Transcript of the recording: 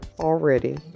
already